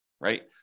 right